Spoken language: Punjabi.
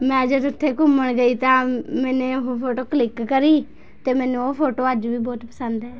ਮੈਂ ਜਦ ਉੱਥੇ ਘੁੰਮਣ ਗਈ ਤਾਂ ਮੈਨੇ ਉਹ ਫੋਟੋ ਕਲਿੱਕ ਕਰੀ ਅਤੇ ਮੈਨੂੰ ਉਹ ਫੋਟੋ ਅੱਜ ਵੀ ਬਹੁਤ ਪਸੰਦ ਹੈ